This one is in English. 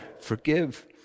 forgive